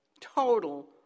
total